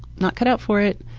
not cut out for it.